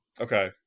Okay